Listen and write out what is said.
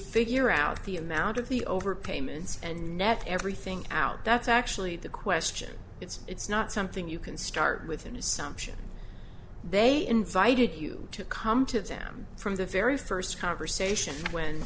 figure out the amount of the overpayments and net everything out that's actually the question it's it's not something you can start with an assumption they invited you to come to them from the very first conversation when